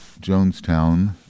Jonestown